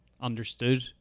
understood